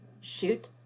shoot